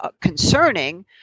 concerning